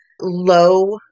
low